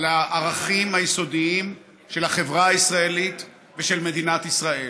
על הערכים היסודיים של החברה הישראלית ושל מדינת ישראל.